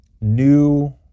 new